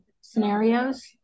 scenarios